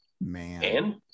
Man